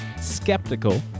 skeptical